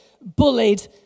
bullied